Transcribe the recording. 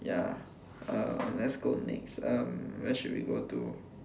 ya lah uh let's go next um where should we go to